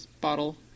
bottle